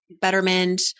Betterment